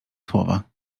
słowa